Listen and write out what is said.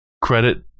credit